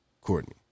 Courtney